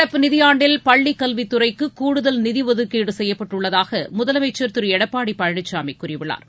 நடப்பு நிதியாண்டில் பள்ளிக்கல்வித்துறைக்கு கூடுதல் நிதி ஒதுக்கீடு செய்யப்பட்டுள்ளதாக முதலமைச்சர் திரு எடப்பாடி பழனிசாமி கூறியுள்ளார்